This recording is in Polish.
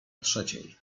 trzeciej